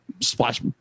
Splash